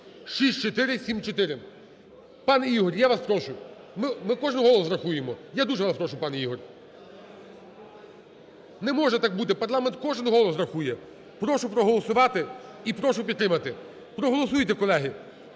(6474). Пане Ігор, я вас прошу, ми кожен голос рахуємо. Я дуже вас прошу пане Ігор. Не може так бути, парламент кожен голос рахує. Прошу проголосувати. І прошу підтримати. Проголосуйте, колеги.